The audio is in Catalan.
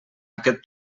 aquest